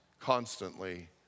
constantly